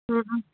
ꯎꯝꯎꯝ